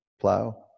plow